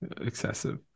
excessive